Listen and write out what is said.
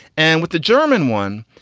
and with the german one,